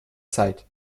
zeit